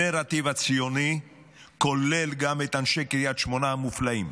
הנרטיב הציוני כולל גם את אנשי קריית שמונה המופלאים,